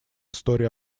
истории